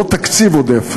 לא תקציב עודף,